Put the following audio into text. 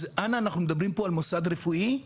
אז אנא אנחנו מדברים פה במוסד רפואי,